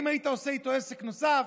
האם היית עושה איתו עסק נוסף?